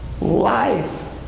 life